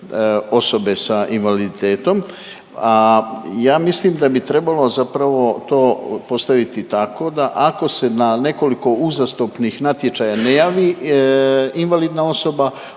osobe sa invaliditetom, a ja mislim da bi trebalo zapravo to postaviti tako da ako se na nekoliko uzastopnih natječaja ne javi invalidna osoba